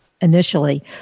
initially